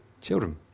Children